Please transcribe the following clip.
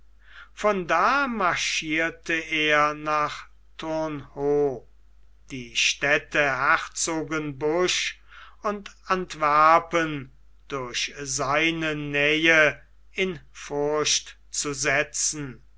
von da marschierte er nach tornhut die städte herzogenbusch und antwerpen durch seine nähe in furcht zu setzen